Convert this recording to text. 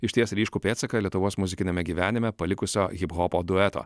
išties ryškų pėdsaką lietuvos muzikiniame gyvenime palikusio hiphopo dueto